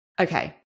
Okay